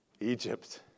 Egypt